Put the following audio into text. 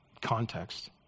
context